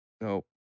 no